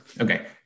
Okay